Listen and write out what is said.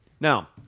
Now